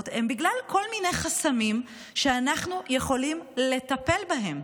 הן כל מיני חסמים שאנחנו יכולים לטפל בהם.